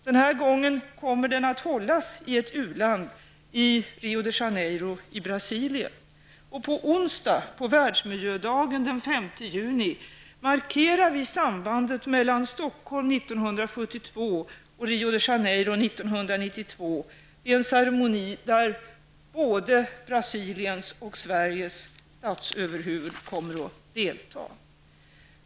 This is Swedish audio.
Den här gången kommer konferensen att hållas i et u-land, i Rio de Världsmiljödagen den 5 juni, markerar vi sambandet mellan Stockhomskonferen 1972 och konferensen i Rio de Janeiro 1992. Det sker i en ceremoni där både Brasiliens och Sveriges statsöverhuvuden kommer att delta.